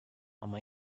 ama